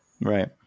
Right